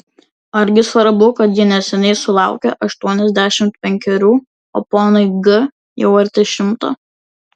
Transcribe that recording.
argi svarbu kad ji neseniai sulaukė aštuoniasdešimt penkerių o ponui g jau arti šimto